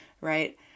right